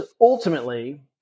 ultimately